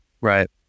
right